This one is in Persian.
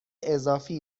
اضافی